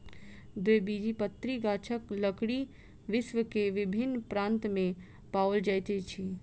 द्विबीजपत्री गाछक लकड़ी विश्व के विभिन्न प्रान्त में पाओल जाइत अछि